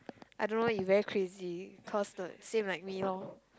I don't know you very crazy cause like same like me lor